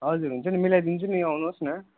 हजुर हुन्छ नि मिलाइदिन्छु नि आउनुहोस् न